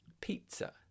Pizza